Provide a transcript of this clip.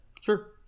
sure